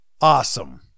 awesome